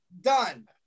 done